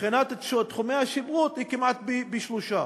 ומבחינת תחומי השיפוט היא כמעט פי-שלושה.